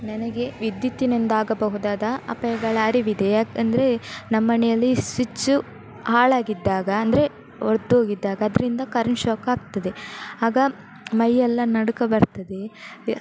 ನನಗೆ ವಿದ್ಯುತ್ತಿನಿಂದಾಗಬಹುದಾದ ಅಪಾಯಗಳ ಅರಿವಿದೆ ಏಕೆಂದ್ರೆ ನಮ್ಮನೆಯಲ್ಲಿ ಸ್ವಿಚ್ಚು ಹಾಳಾಗಿದ್ದಾಗ ಅಂದರೆ ಒಡದೋಗಿದ್ದಾಗ ಅದರಿಂದ ಕರೆಂಟ್ ಶಾಕ್ ಆಗ್ತದೆ ಆಗ ಮೈಯ್ಯೆಲ್ಲ ನಡುಕ ಬರ್ತದೆ